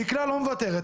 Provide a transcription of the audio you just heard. דיקלה לא מוותרת,